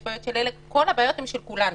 בעיות של אלה כל הבעיות הן של כולנו.